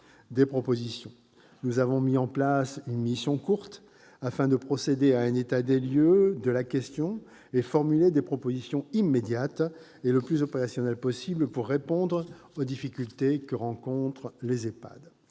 des propositions. Nous avons mis en place une « mission courte » afin de procéder à un état des lieux de la question, et de formuler des propositions immédiates et les plus opérationnelles possible pour répondre aux difficultés que rencontrent les EHPAD.